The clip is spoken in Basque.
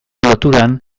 loturan